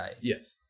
Yes